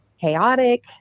chaotic